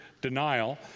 denial